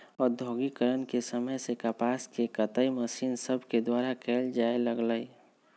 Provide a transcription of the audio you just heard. औद्योगिकरण के समय से कपास के कताई मशीन सभके द्वारा कयल जाय लगलई